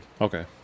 Okay